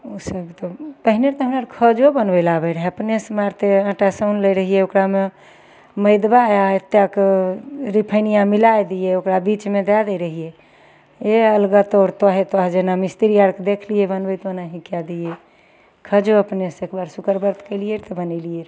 उ सभ तऽ पहिने तऽ हमरा आरके खाजो बनबय लए आबय रहय अपनेसँ मारिते आटा सानलय रहियै ओकरामे मैदबा आओर एतेक रिफाइनिया मिला दियै ओकरा बीचमे दए दै रहियै ए अइ लगतौ हेतौ जेना मिस्त्री आरके देखलियै बनबैत ओनाही कए दियै खाजो अपनेसँ एकबार सुकर व्रत कयलियै रऽ तऽ बनेलियै रऽ